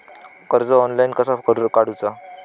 कर्ज ऑनलाइन कसा काडूचा?